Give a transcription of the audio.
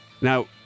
Now